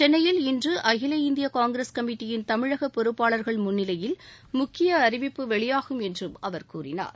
சென்னையில் இன்று அகில இந்திய காங்கிரஸ் கமிட்டியின் தமிழக பொறுப்பாளர்கள் முன்னிலையில் முக்கிய அறிவிப்பு வெளியாகும் என்றும் அவர் கூறினார்